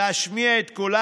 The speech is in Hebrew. להשמיע את קולם,